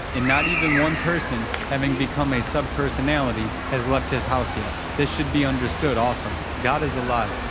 and not even one person, having become a subpersonality, has left his house yet. this should be understood also. god is alive.